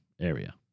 area